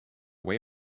way